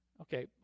Okay